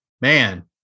man